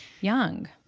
young